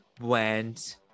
went